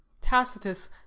Tacitus